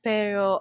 Pero